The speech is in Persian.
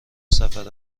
سفرم